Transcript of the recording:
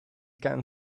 can